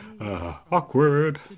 Awkward